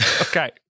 Okay